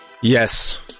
Yes